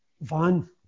van